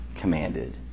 commanded